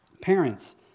Parents